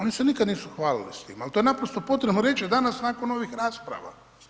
Oni se nikada nisu hvalili s tim, al to je naprosto potrebno reći danas nakon ovih rasprava.